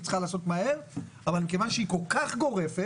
היא צריכה להיעשות מהר אבל כיוון שהיא כל כך גורפת,